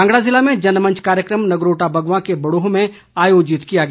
कांगड़ा जिले में जनमंच कार्यक्रम नगरोटा बगवां के बड़ोह में आयोजित किया गया